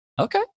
Okay